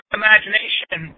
imagination